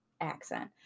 accent